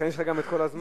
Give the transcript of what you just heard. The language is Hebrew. ולכן יש לך גם כל הזמן.